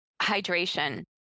hydration